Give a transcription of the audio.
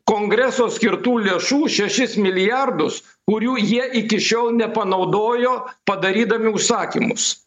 kongreso skirtų lėšų šešis milijardus kurių jie iki šiol nepanaudojo padarydami užsakymus